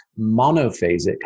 monophasic